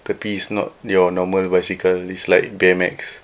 tapi is not your normal bicycle is like B_M_X